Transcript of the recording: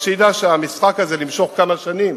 אז שידע שהמשחק הזה, למשוך כמה שנים